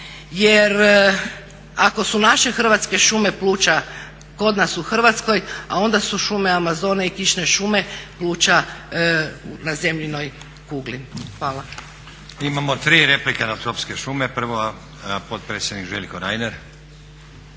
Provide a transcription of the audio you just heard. jer ako su naše Hrvatske šume pluća kod nas u Hrvatskoj, a onda su šume Amazone i kišne šume pluća na Zemljinoj kugli. Hvala. **Stazić, Nenad (SDP)** Imamo tri replike na tropske šume. Prvo potpredsjednik Željko Reiner.